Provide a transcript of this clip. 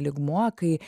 lygmuo kai